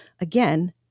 Again